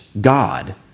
God